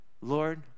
Lord